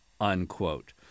unquote